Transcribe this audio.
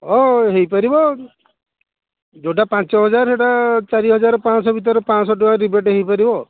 ହଁ ହେଇ ପାରିବ ଯେଉଁଟା ପାଞ୍ଚ ହଜାର ସେଇଟା ଚାରି ହଜାର ପାଞ୍ଚ ଶହ ଭିତରେ ପାଞ୍ଚ ଶହ ଟଙ୍କା ରିବେଟ୍ ହେଇପାରିବ